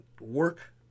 work